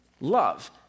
love